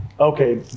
Okay